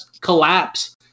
collapse